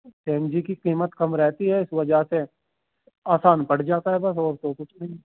سی N G کی قیمت کم رہتی ہے اس وجہ سے آسان پڑ جاتا ہے بس اور تو کچھ نہیں